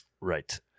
Right